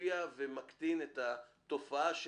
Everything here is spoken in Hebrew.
משפיע ומקטין את התופעה,